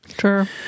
Sure